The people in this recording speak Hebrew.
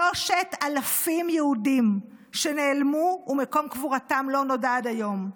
3,000 יהודים נעלמו ומקום קבורתם לא נודע עד היום.